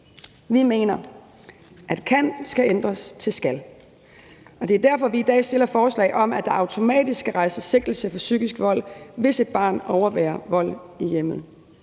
Vi mener, at »kan« skal ændres til »skal«, og det er derfor, vi i dag fremsætter et forslag om, at der automatisk skal rejses sigtelse for psykisk vold, hvis et barn overværer vold i hjemmet.